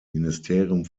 ministerium